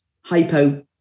hypo